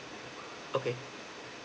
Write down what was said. okay